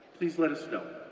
please let us know,